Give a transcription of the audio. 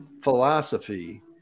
philosophy